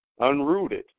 unrooted